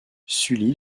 sully